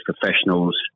professionals